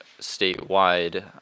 statewide